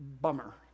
bummer